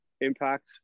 Impact